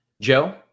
Joe